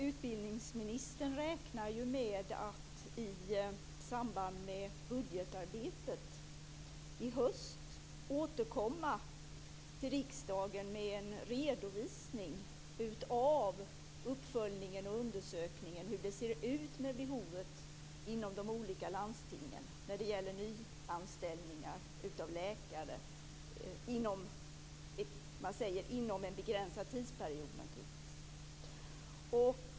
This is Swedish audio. Utbildningsministern räknar med att i samband med budgetarbetet i höst återkomma till riksdagen med en redovisning av uppföljningen och undersökningen av hur det ser ut med behovet inom de olika landstingen när det gäller nyanställningar av läkare inom en begränsad tidsperiod.